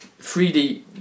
3D